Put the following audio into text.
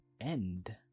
end